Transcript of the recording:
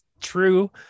true